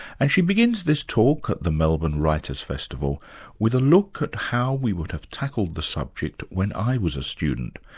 and she begins this talk at the melbourne writers' festival with a look at how we would have tackled the subject when i was a student,